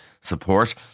support